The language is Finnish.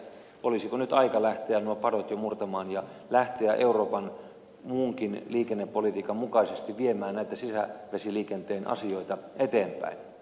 olisiko nyt aika lähteä nuo padot jo murtamaan ja lähteä euroopan muunkin liikennepolitiikan mukaisesti viemään näitä sisävesiliikenteen asioita eteenpäin